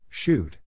Shoot